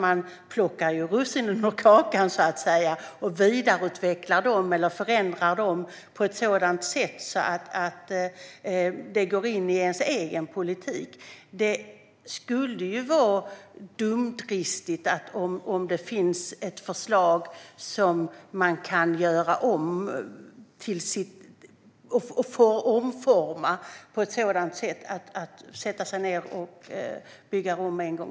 Man plockar så att säga russinen ur kakan och vidareutvecklar eller förändrar dem på ett sådant sätt att de går in i ens egen politik. Om det finns ett förslag som man kan omforma skulle det vara dumdristigt att sätta sig ned och börja om igen.